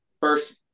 first –